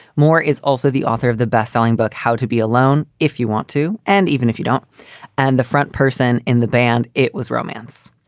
moore is also the author of the bestselling book how to be alone if you want to. and even if you don't and the front person in the band, it was romance.